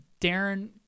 Darren